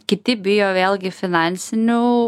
kiti bijo vėlgi finansinių